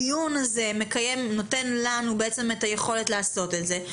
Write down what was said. הדיון הזה נותן לנו את היכולת לעשות את זה.